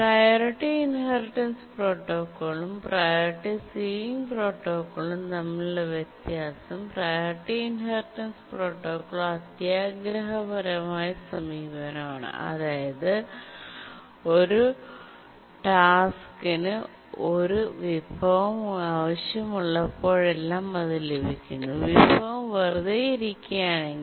priority inheritance പ്രോട്ടോക്കോളും priority ceiling പ്രോട്ടോക്കോളും തമ്മിലുള്ള വ്യത്യാസം പ്രിയോറിറ്റി ഇൻഹെറിറ്റൻസ് പ്രോട്ടോക്കോൾ അത്യാഗ്രഹപരമായ സമീപനമാണ് അതായത് ഒരു ദ ടാസ്കിനു ഒരു വിഭവം ആവശ്യമുള്ളപ്പോഴെല്ലാം അത് ലഭിക്കുന്നു വിഭവം വെറുതെ ഇരിക്കുക ആണെങ്കിൽ